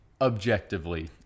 objectively